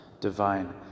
divine